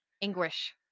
English